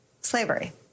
Slavery